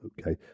Okay